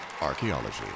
Archaeology